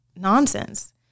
nonsense